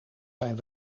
zijn